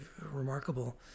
remarkable